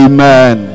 Amen